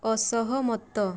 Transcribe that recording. ଅସହମତ